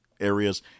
areas